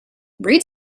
read